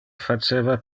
faceva